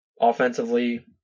Offensively